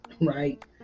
right